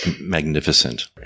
magnificent